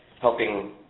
helping